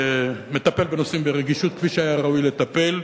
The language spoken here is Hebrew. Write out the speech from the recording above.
מטפל בנושאים ברגישות כפי שהיה ראוי לטפל.